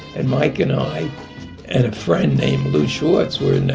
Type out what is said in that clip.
and mike and i and a friend named louis schwartz were.